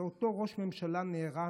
זה אותו ראש ממשלה נערץ,